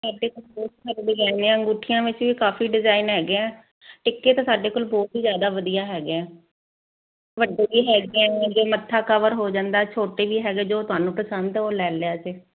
ਅੰਗੂਠੀਆਂ ਵਿੱਚ ਵੀ ਕਾਫੀ ਡਿਜ਼ਾਇਨ ਹੈਗੇ ਆ ਟਿੱਕੇ ਤਾਂ ਸਾਡੇ ਕੋਲ ਬਹੁਤ ਜਿਆਦਾ ਵਧੀਆ ਹੈਗੇ ਆ ਵੱਡੇ ਵੀ ਹੈਗੇ ਮੱਥਾ ਕਵਰ ਹੋ ਜਾਂਦਾ ਛੋਟੇ ਵੀ ਹੈਗੇ ਜੋ ਤੁਹਾਨੂੰ ਪਸੰਦ ਉਹ ਲੈ ਲਿਆ ਜੇ